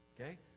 okay